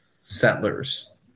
Settlers